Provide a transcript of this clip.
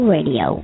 Radio